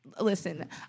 listen